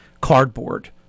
cardboard